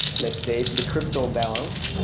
let's say the crypto balance.